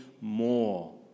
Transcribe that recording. more